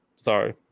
Sorry